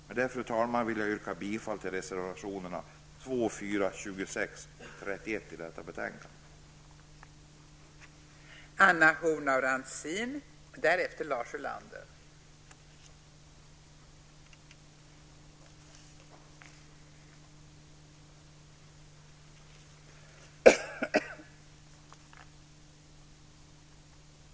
Med detta, fru talman, vill jag yrka bifall till reservationerna 2, 4, 26 och 31 till betänkande nr